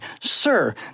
sir